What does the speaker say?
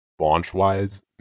launch-wise